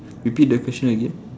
repeat the question again